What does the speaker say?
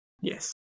Yes